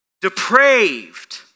depraved